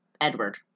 Edward